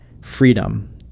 freedom